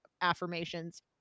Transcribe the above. affirmations